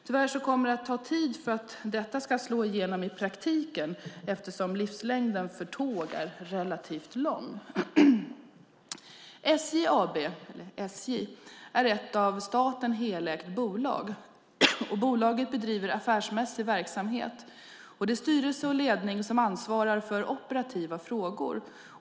Tyvärr kommer det ta tid för detta att slå igenom i praktiken eftersom livslängden för tåg är relativt lång. SJ AB är ett av staten helägt bolag. Bolaget bedriver affärsmässig verksamhet. Det är styrelse och ledning som ansvarar för operativa frågor.